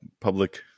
public